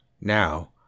Now